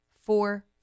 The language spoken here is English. Four